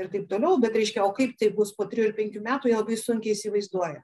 ir taip toliau bet reiškia o kaip tai bus po trijų penkių metų jie labai sunkiai įsivaizduoja